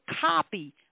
copy